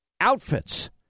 outfits